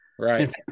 Right